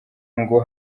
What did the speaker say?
ngo